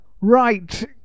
right